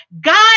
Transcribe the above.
God